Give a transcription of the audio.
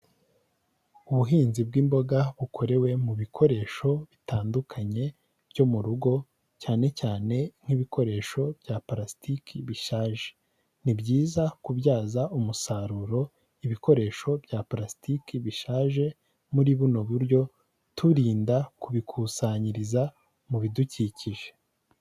Ubuhinzi bw'imboga bukorewe mu bikoresho bitandukanye byo muru rugo, cyane cyane nk'ibikoresho bya parasitiki bishaje. Ni byiza kubyaza umusaruro ibikoresho bya parasitiki bishaje muri buno buryo, turinda kubikusanyiriza mu ibidukikije.